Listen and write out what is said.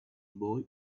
boy